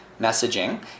messaging